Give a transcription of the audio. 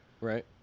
right